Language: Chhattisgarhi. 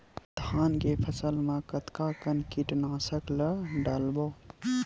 धान के फसल मा कतका कन कीटनाशक ला डलबो?